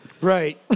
Right